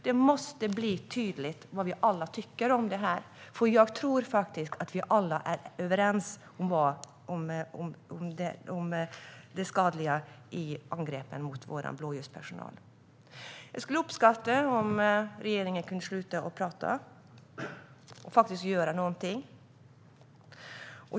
Det måste bli tydligt vad vi alla tycker om detta. Jag tror faktiskt att vi alla är överens om det skadliga i angreppen mot vår blåljuspersonal. Jag skulle uppskatta om regeringen kunde sluta att tala och faktiskt göra någonting.